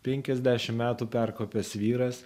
penkiasdešimt metų perkopęs vyras